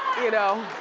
you know?